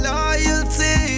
Loyalty